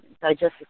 digestive